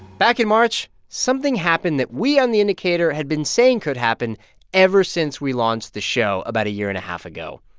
back in march, something happened that we on the indicator had been saying could happen ever since we launched the show about a year and a half ago.